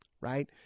right